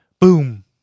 boom